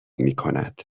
میکند